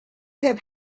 have